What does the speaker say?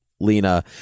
Lena